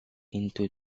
into